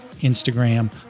Instagram